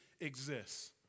exists